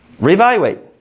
reevaluate